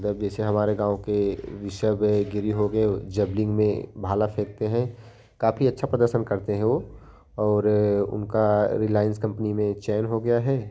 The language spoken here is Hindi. मतलब जैसे हमारे गाँव के विषय में गिरी हो गए जैवलिन में भाला फेंकते हैं काफ़ी अच्छा प्रदर्शन करते हैं वह और उनका रिलायंस कंपनी में चयन हो गया है